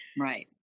Right